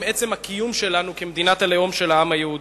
עצם הקיום שלנו כמדינת הלאום של העם היהודי.